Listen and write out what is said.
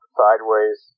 sideways